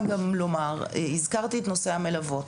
הזכרתי את נושא המלוות.